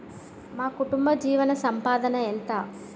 మా కుటుంబ జీవన సంపాదన ఎంత?